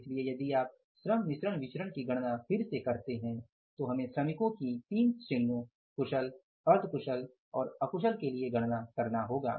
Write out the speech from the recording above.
इसलिए यदि आप श्रम मिश्रण विचरण की गणना फिर से करते हैं तो हमें श्रमिकों की 3 श्रेणियों कुशल अर्ध कुशल और अकुशल के लिए गणना करना होगा